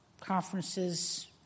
conferences